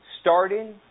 starting